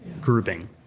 grouping